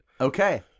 okay